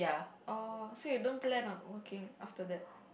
um so you don't plan on working after that